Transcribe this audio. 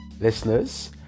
listeners